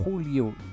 Julio